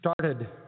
started